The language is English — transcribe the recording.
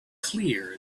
clear